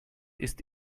ist